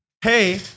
Hey